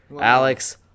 Alex